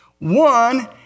One